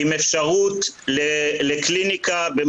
אין פסיכומטרי, לא צריך רף מסוים שמעליו מתקבלים.